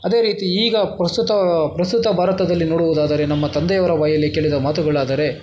ಅದೇ ರೀತಿ ಈಗ ಪ್ರಸ್ತುತ ಪ್ರಸ್ತುತ ಭಾರತದಲ್ಲಿ ನೋಡುವುದಾದರೆ ನಮ್ಮ ತಂದೆಯವರ ಬಾಯಲ್ಲಿ ಕೇಳಿದ ಮಾತುಗಳಾದರೆ